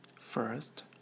First